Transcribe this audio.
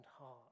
heart